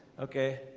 okay,